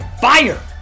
Fire